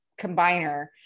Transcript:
combiner